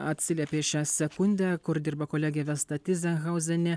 atsiliepė šią sekundę kur dirba kolegė vesta tizenhauzienė